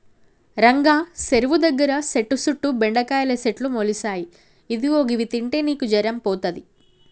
రంగా సెరువు దగ్గర సెట్టు సుట్టు బెండకాయల సెట్లు మొలిసాయి ఇదిగో గివి తింటే నీకు జరం పోతది